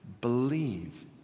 Believe